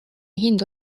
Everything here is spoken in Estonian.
hindu